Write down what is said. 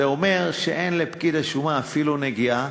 זה אומר שאין לפקיד השומה אפילו נגיעה.